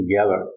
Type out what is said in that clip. together